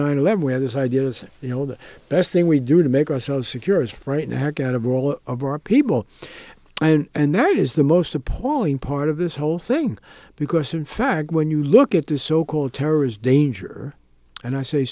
nine eleven where this idea is you know the best thing we do to make ourselves secure is frightening heck out of all of our people and that is the most appalling part of this whole thing because in fact when you look at this so called terrorist danger and i say